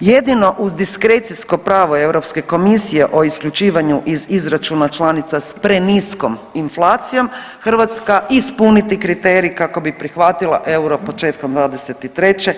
jedino uz diskrecijsko pravo Europske komisije o isključivanju iz izračuna članica sa preniskom inflacijom Hrvatska ispuniti kriterij kako bi prihvatila euro početkom 2023.